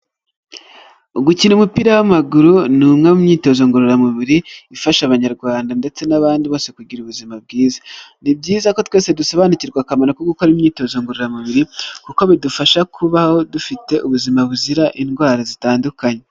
Gukina umupira w'amaguru ni umwe mu myitozo ngororamubiri ifasha abanyarwanda ndetse n'abandi bose kugira ubuzima bwiza. Ni byiza ko twese dusobanukirwa akamaro ko gukora imyitozo ngororamubiri kuko bidufasha kubaho dufite ubuzima buzira indwara zitandukanye.